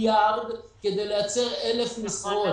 מיליארד כדי לייצר 1,000 משרות.